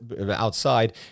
outside